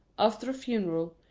after a funeral,